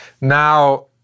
Now